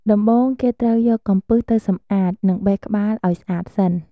ដំបូង គេត្រូវយកកំពឹសទៅសម្អាត និងបេះក្បាលឱ្យស្អាតសិន។